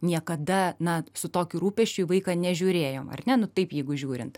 niekada na su tokiu rūpesčiu į vaiką nežiūrėjom ar ne nu taip jeigu žiūrint